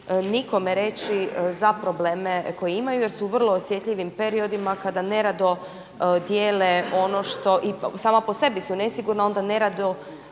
nikome reći za probleme koje imaju jer su u vrlo osjetljivim periodima kada nerado dijele ono što i sama po sebi su nesigurna onda nerado